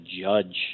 judge